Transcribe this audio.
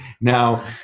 Now